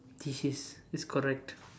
thesis is correct